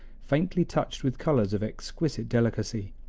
faintly touched with colors of exquisite delicacy.